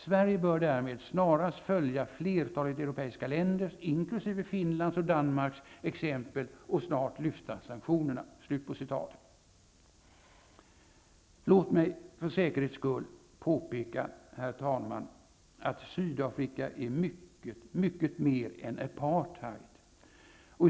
Sverige bör därmed snarast följa övriga flertalet europeiska länders, inklusive Finlands och Danmarks, exempel och snarast lyfta sanktionerna. Låt mig för säkerhets skull få påpeka, herr talman, att Sydafrika är mycket mer än apartheid.